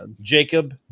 Jacob